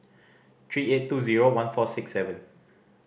three eight two zero one four six seven